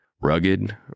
Rugged